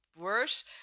worse